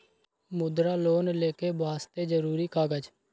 मुद्रा लोन लेके वास्ते जरुरी कागज?